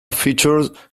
featured